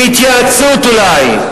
בהתייעצות אולי,